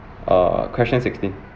err question sixteen